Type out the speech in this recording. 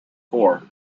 four